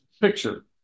picture